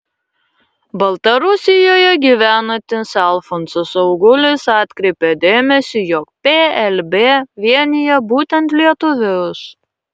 baltarusijoje gyvenantis alfonsas augulis atkreipė dėmesį jog plb vienija būtent lietuvius